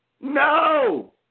No